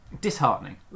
disheartening